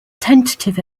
tentative